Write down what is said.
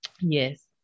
Yes